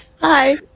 Hi